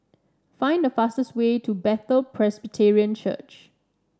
find the fastest way to Bethel Presbyterian Church